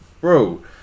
Bro